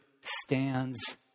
stands